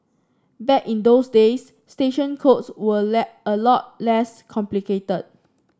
back in those days station codes were a a lot less complicated